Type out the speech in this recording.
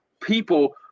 people